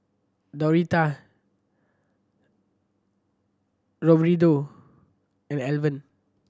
Doretta Roberto and Alvan